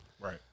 Right